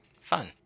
Fun